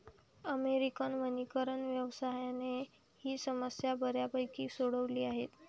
American वनीकरण व्यवसायाने ही समस्या बऱ्यापैकी सोडवली आहे